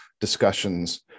discussions